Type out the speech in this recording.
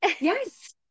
Yes